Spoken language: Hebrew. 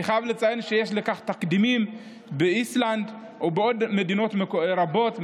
אני חייב לציין שיש לכך תקדימים באיסלנד ובעוד מדינות רבות,